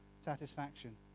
satisfaction